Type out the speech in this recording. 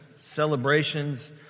celebrations